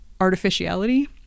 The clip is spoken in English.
artificiality